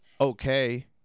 okay